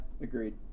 Agreed